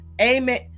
Amen